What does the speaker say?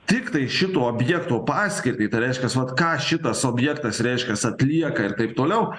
tiktai šito objekto paskirtį tai reiškiasi vat ką šitas objektas reiškias atlieka ir taip toliau